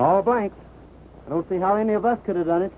oh boy i don't see how any of us could have done it